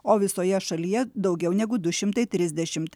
o visoje šalyje daugiau negu du šimtai trisdešimt